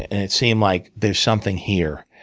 and it seemed like there's something here.